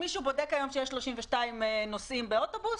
מישהו בודק היום שיש 32 נוסעים באוטובוס?